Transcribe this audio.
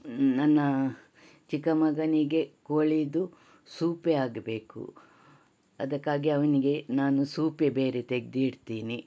ನನ್ನ ಚಿಕ್ಕ ಮಗನಿಗೆ ಕೋಳಿದು ಸೂಪೇ ಆಗಬೇಕು ಅದಕ್ಕಾಗಿ ಅವನಿಗೆ ನಾನು ಸೂಪೇ ಬೇರೆ ತೆಗೆದಿಡ್ತೀನಿ